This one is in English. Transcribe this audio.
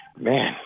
man –